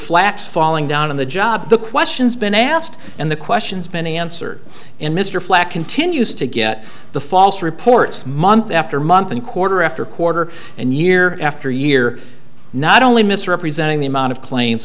flaks falling down on the job the question's been asked and the question's been answered in mr flack continues to get the false reports month after month and quarter after quarter and year after year not only misrepresenting the amount of cla